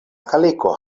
kaliko